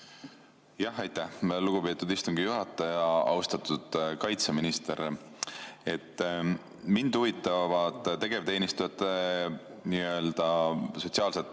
Aitäh, lugupeetud istungi juhataja! Austatud kaitseminister! Mind huvitavad tegevteenistujate nii‑öelda sotsiaalsed